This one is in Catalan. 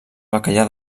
bacallà